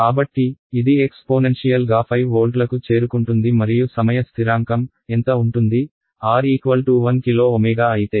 కాబట్టి ఇది ఎక్స్పోనెన్షియల్గా 5 వోల్ట్లకు చేరుకుంటుంది మరియు సమయ స్థిరాంకం ఎంత ఉంటుంది R 1 కిలోΩ అయితే